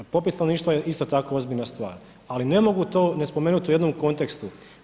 Popis stanovništva je isto tako ozbiljna stvar, ali ne mogu to ne spomenuti u jednom kontekstu.